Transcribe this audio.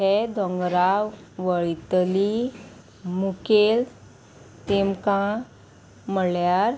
हे दोंगरां वयतली मुखेल तेमकां म्हळ्यार